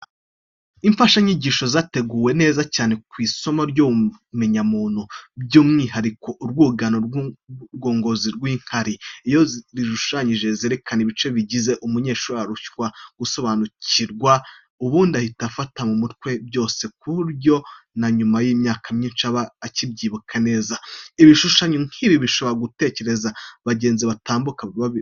Imfashanyigisho zateguwe neza, cyane nko mu isomo ry'ubumenyamuntu, by'umwihariko urwungano ngogozi n'urw'inkari. Iyo zishushanyije zerekana ibice bizigize, umunyeshuri arushywa no kubisobanukirwa, ubundi ahita abifata mu mutwe byose ku buryo na nyuma y'imyaka myinshi aba akibyibuka neza. Ibishushanyo nk'ibi bishobora no gukereza abagenzi batambuka babirangariye.